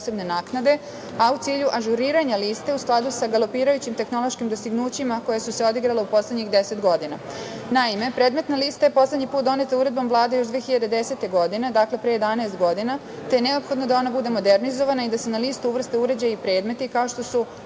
a u cilju ažuriranja liste u skladu sa galopirajućim tehnološkim dostignućima koja su se odigrala u poslednjih 10 godina. Naime, predmetna lista je poslednji put doneta Uredbom Vlade još 2010. godine, dakle pre 11 godina, te je neophodno da ona bude modernizovana i da se na listu uvrste uređaji i predmeti kao što su